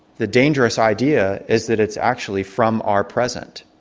the dangerous idea is that it's actually from our present.